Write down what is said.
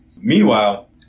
Meanwhile